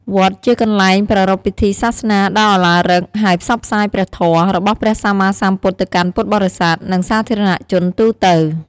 វត្តជាកន្លែងប្រារព្ធពិធីសាសនាដ៏ឱឡារិក ហើយផ្សព្វផ្សាយព្រះធម៌ របស់ព្រះសម្មាសម្ពុទ្ធទៅកាន់ពុទ្ធបរិស័ទ និងសាធារណជនទូទៅ។